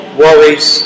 worries